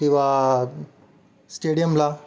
किंवा स्टेडियमला